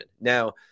Now